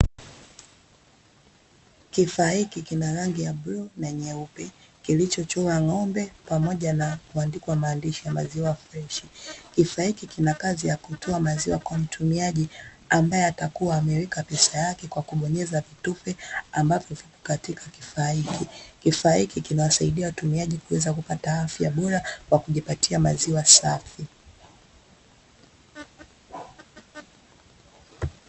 Kifaa hiki kina rangi ya bluu na nyeupe, kilichochorwa ng'ombe pamoja na kuandikwa maandishi ya maziwa freshi, kifaa hiki kina kazi ya kutoa maziwa kwa mtumiaji ambaye atakuwa ameweka pesa yake kwa kubonyeza vitufe ambavyo viko katika kifaa hiki, kifaa hiki kinawasaidia watumiaji wake kupata afya bora kwa kujipatia maziwa safi.